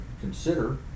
consider